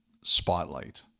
spotlight